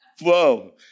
Whoa